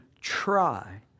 try